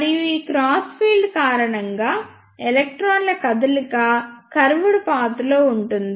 మరియు ఈ crossed field కారణంగా ఎలక్ట్రాన్ల కదలిక కర్వ్డ్ పాత్ లో ఉంటుంది